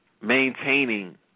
maintaining